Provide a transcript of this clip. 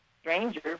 stranger